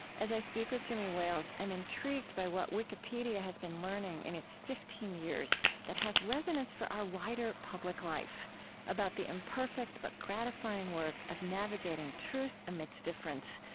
as i speak with jimmy wales, i'm intrigued by what wikipedia has been learning in its fifteen years that has resonance for our wider public life about the imperfect but gratifying work of navigating truth amidst difference,